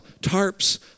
tarps